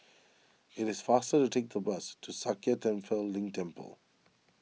it is faster to take the bus to Sakya Tenphel Ling Temple